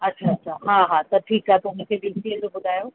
अच्छा अच्छा हा हा त ठीकु आहे मूंखे बी सी ए जो ॿुधायो